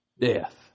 death